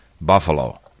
Buffalo